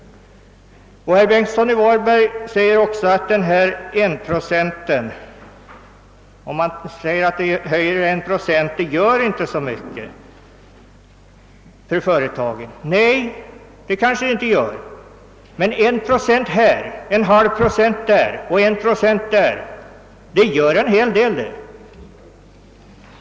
Herr Bengtsson i Varberg sade också att det inte gör så mycket för företagen om man höjer avgiften med 1 procent. Nej, det kanske det inte gör. Men en halv procent där och en procent där gör en hel del.